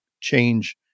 change